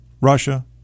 Russia